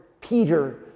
Peter